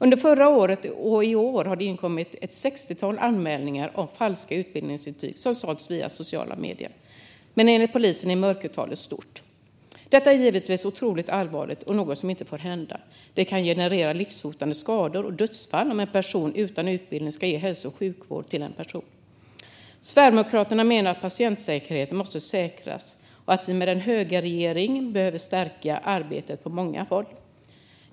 Under förra året och i år har det inkommit ett sextiotal anmälningar om falska utbildningsintyg som sålts via sociala medier, men enligt polisen är mörkertalet stort. Detta är givetvis otroligt allvarligt och något som inte får hända. Om en person utan utbildning ska ge hälso och sjukvård till en annan person kan det generera livshotande skador och dödsfall. Sverigedemokraterna menar att patientsäkerheten måste säkerställas och att vi med en högerregering behöver stärka arbetet på många håll.